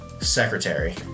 Secretary